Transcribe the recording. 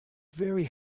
very